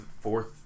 fourth